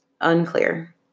Unclear